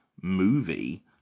movie